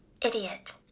idiot